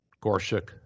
Gorsuch